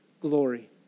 glory